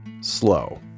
slow